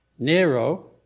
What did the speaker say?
Nero